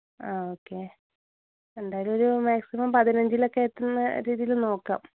ആ ഓക്കെ എന്തായാലൊരു മാക്സിമം പതിനഞ്ചിലൊക്കെ എത്തുന്ന രീതിയിൽ നോക്കാം